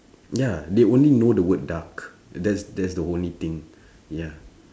ya they only know the word dark that's that's the only thing ya